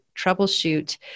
troubleshoot